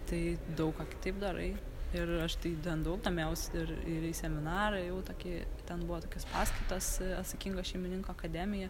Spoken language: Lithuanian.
tai daug ką kitaip darai ir aš tai den daug domėjaus ir ir į seminarą ėjau tokį ten buvo tokios paskaitos asakingo šeimininko akademija